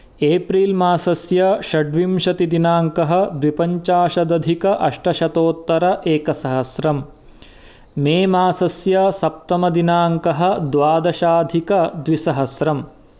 April मासस्य षड्विंशतिदिनांकः द्विपञ्चाशदधिक अष्टशतोत्तर एकसहस्रम् मे मासस्य सप्तमदिनांकः द्वादशाधिकद्विसहस्रम्